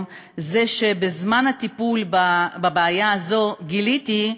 היא שבזמן הטיפול בבעיה הזאת גיליתי,